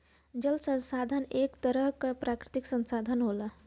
जल संसाधन एक तरह क प्राकृतिक संसाधन होला